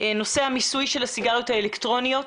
נושא המיסוי של הסיגריות האלקטרוניות